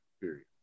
Period